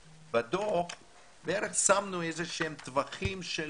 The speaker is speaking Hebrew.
בדוח אנחנו שמנו איזה שהם טווחים של